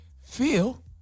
feel